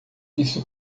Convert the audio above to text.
isso